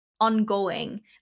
ongoing